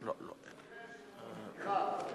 היושב-ראש, סליחה,